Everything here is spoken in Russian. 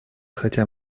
хотя